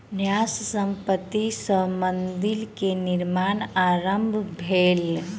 न्यास संपत्ति सॅ मंदिर के निर्माण आरम्भ भेल